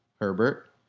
Herbert